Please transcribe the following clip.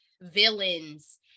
villains